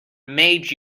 made